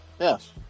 Yes